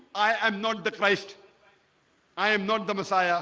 i am not the christ i am not the messiah